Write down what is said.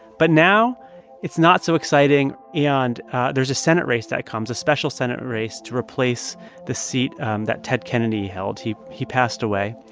but now it's not so exciting. and there's a senate race that comes, a special senate race to replace the seat um that ted kennedy held. he he passed away.